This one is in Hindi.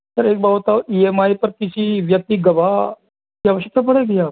सर एक बात बताओ ई एम आई पर किसी व्यक्ति गवाह की आवश्यकता पड़ेगी या